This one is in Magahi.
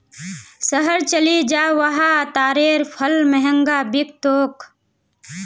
शहर चलइ जा वहा तारेर फल महंगा बिक तोक